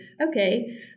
okay